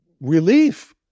relief